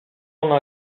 ona